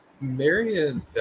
Marion